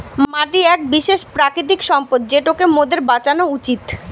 মাটি এক বিশেষ প্রাকৃতিক সম্পদ যেটোকে মোদের বাঁচানো উচিত